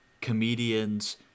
comedians